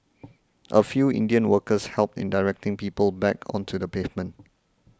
a few Indian workers helped in directing people back onto the pavement